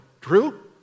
True